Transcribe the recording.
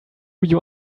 you